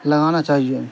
لگانا چاہیے